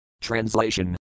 Translation